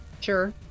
Sure